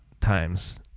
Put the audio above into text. times